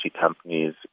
companies